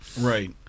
right